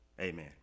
Amen